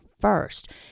first